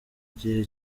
gihe